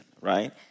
right